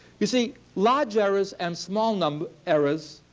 you see, large errors and small and um errors,